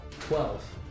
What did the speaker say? twelve